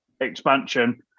Expansion